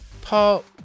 Paul